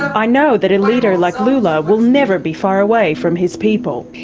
i know that a leader like lula will never be far away from his people.